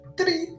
three